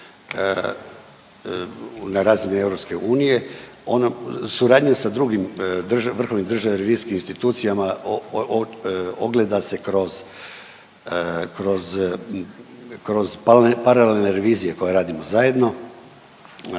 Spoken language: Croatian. na razini EU. Ono, suradnju sa drugim, vrhovnim državnim revizijskim institucijama ogleda se kroz paralelne revizije koje radimo zajedno.